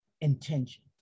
intention